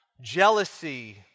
jealousy